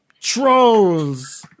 trolls